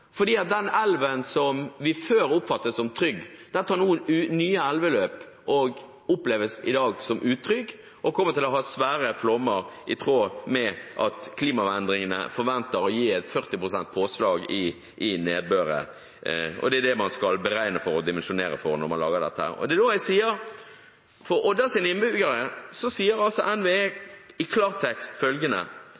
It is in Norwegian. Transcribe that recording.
den elven som de før oppfattet som trygg, tar nå nye elveløp og oppleves i dag som utrygg, og det kommer til å bli svære flommer i tråd med at klimaendringene forventes å gi 40 pst. påslag i nedbør. Og det er det man skal dimensjonere for når man lager dette.